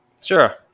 Sure